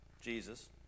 Jesus